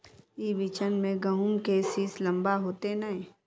ई बिचन में गहुम के सीस लम्बा होते नय?